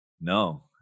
No